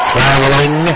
Traveling